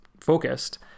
focused